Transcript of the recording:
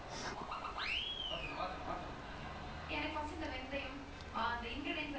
he legit damn cheap somemore he legit behind me and then I order right he keep saying